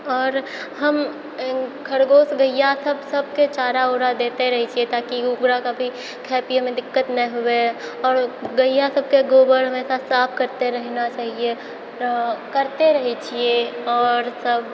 आओर हम खरगोश गैया सब सबके चारा उरा दैते रहै छियै ताकि ओकराके भी खाइ पियैमे दिक्कत नहि हुए आओर गैया सबके गोबर हमेशा साफ करते रहना चाहिए रऽ करते रहै छियै आओर सब